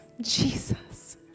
Jesus